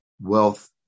wealth